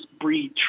breed